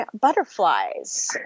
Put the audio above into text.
butterflies